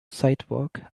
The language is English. sidewalk